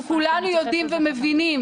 אנחנו כולנו יודעים ומבינים